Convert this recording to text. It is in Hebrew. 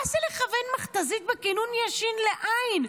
מה זה לכוון מכת"זית בכינון ישיר לעין?